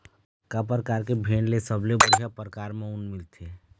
का परकार के भेड़ ले सबले बढ़िया परकार म ऊन मिलथे?